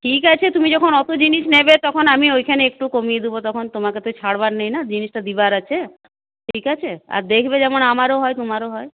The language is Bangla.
ঠিক আছে তুমি যখন অতো জিনিস নেবে তখন আমি ওইখানে একটু কমিয়ে দেব তখন তোমাকে তো ছাড়বার নেই না জিনিসটা দেওয়ার আছে আর দেখবে যেন আমারও হয় তোমারও হয়